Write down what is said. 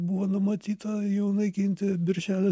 buvo numatyta jau naikinti birželio